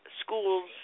schools